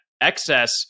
excess